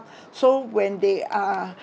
so when they are